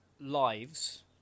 lives